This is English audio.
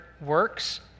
works